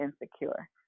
insecure